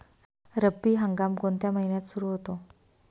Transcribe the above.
रब्बी हंगाम कोणत्या महिन्यात सुरु होतो?